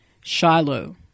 Shiloh